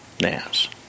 NAS